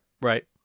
right